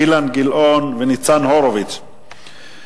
אילן גילאון וניצן הורוביץ,